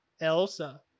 elsa